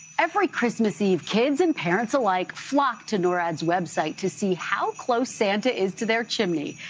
every christmas eve, kids and parents alike flock to norad's website to see how close santa is to their chimney.